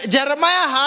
Jeremiah